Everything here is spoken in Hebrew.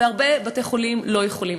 ובהרבה בתי-חולים לא יכולים.